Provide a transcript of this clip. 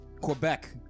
Quebec